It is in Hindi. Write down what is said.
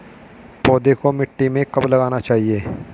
पौधे को मिट्टी में कब लगाना चाहिए?